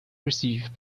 received